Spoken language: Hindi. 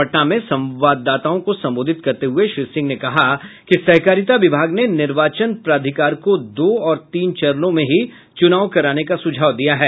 पटना में संवाददाताओं को संबोधित करते हुये श्री सिंह ने कहा कि सहकारिता विभाग ने निर्वाचन प्राधिकार को दो और तीन चरणों में ही चुनाव कराने का सुझाव दिया है